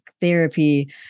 therapy